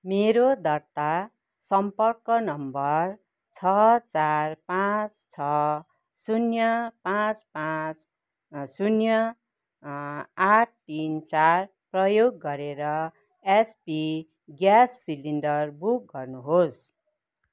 मेरो दर्ता सम्पर्क नम्बर छ चार पाँच छ शून्य पाँच पाँच शून्य आठ तिन चार प्रयोग गरेर एचपी ग्यास सिलिन्डर बुक गर्नुहोस्